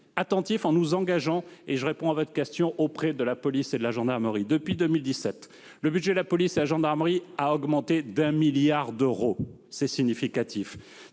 attentifs, en nous engageant, pour répondre à votre question, auprès de la police et de la gendarmerie. Depuis 2017, le budget de la police et de la gendarmerie a augmenté de 1 milliard d'euros, ce qui est significatif.